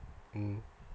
mmhmm